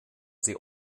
sie